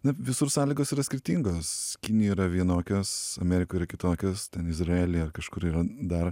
na visur sąlygos yra skirtingos kinijoj yra vienokios amerikoj yra kitokios ten izraelyje kažkur yra dar